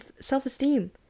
self-esteem